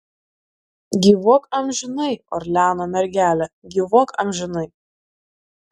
gyvuok amžinai orleano mergele gyvuok amžinai